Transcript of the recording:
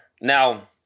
Now